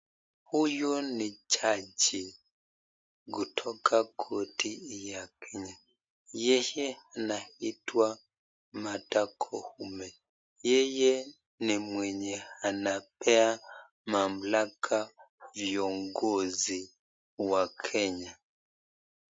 Huyu ni jaji kutoka korti ya kenya yeye anaitwa Martha Koome yeye ni mwenye anapea mamlaka viongozi wa kenya.